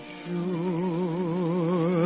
sure